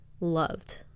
loved